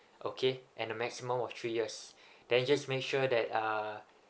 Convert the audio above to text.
okay and a maximum of three years then just make sure that uh